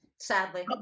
Sadly